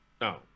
No